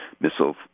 missile